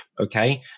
Okay